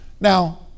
Now